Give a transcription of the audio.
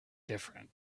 different